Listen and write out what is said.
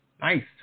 Nice